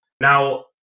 now